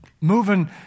moving